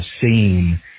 seen